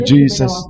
Jesus